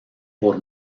por